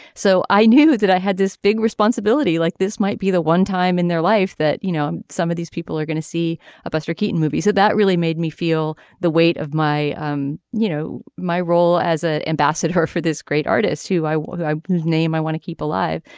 so i knew that i had this big responsibility like this might be the one time in their life that you know some of these people are going to see a buster keaton movie so that really made me feel the weight of my um you know my role as an ah ambassador for this great artist who i was a name i want to keep alive.